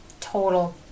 total